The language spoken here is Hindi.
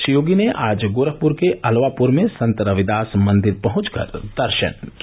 श्री योगी ने आज गोरखप्र के अलवापुर में संत रविदास मंदिर पहुंचकर दर्शन किया